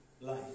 life